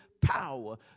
power